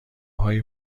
هایی